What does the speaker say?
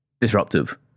disruptive